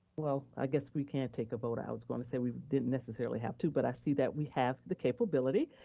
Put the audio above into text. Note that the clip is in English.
well, i guess we can take a vote. i was gonna say we didn't necessarily have to, but i see that we have the capability.